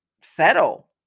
Settle